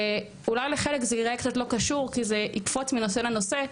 ואולי לחלק זה יראה קצת לא קשור כי זה יקפוץ מנושא לנושא,